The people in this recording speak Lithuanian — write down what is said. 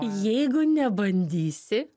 jeigu nebandysi